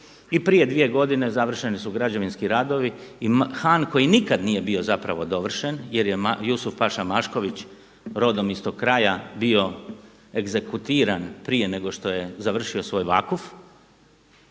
i prije dvije godine završeni su građevinski radovi. I Han koji nikad nije bio zapravo dovršen jer je Jusuf paša Mašković rodom iz tog kraja bio egzekutiran prije nego što je završio svoj Vakuf